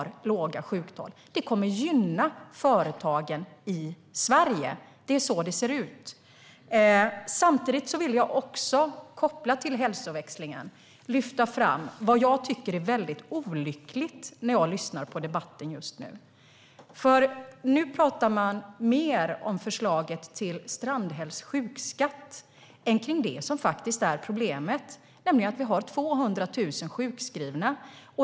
Det kommer att gynna företagen i Sverige. Samtidigt vill jag kopplat till hälsoväxlingen lyfta fram något som jag tycker är väldigt olyckligt i debatten just nu. Nu pratar man mer om förslaget till Strandhälls sjukskatt än om det som faktiskt är problemet, nämligen att vi har 200 000 sjukskrivna.